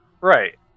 Right